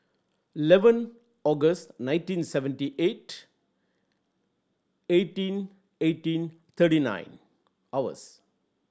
eleven August nineteen seventy eight eighteen eighteen thirty nine hours